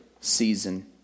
season